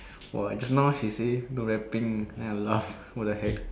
!wah! just now she say she rapping then I laugh what the heck